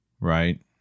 Right